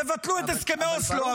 תבטלו את הסכמי אוסלו,